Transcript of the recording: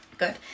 Good